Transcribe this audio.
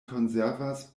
konservas